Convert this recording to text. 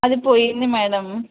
అది పోయింది మ్యాడమ్